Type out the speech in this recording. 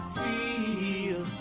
feel